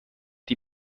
die